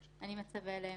צריכה להיות